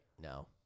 No